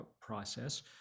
process